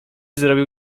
zrobił